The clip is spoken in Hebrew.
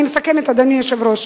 אני מסכמת, אדוני היושב-ראש.